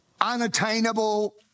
unattainable